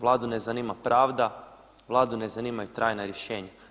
Vladu ne zanima pravda, Vladu ne zanimaju trajna rješenja.